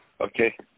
Okay